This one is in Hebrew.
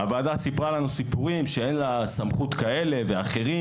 הוועדה סיפרה לנו סיפורים על כך שאין לה סמכויות כאלה ואחרות,